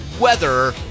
weather